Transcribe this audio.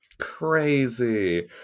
Crazy